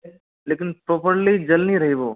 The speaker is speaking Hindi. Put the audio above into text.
लेकिन प्रोपर्ली जल नहीं रही वो